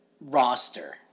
Roster